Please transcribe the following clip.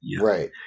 right